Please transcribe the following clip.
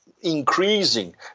increasing